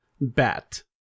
bat